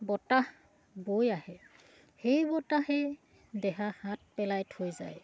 বতাহ বৈ আহে সেই বতাহে দেহা শাঁত পেলাই থৈ যায়